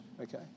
okay